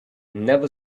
never